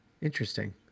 interesting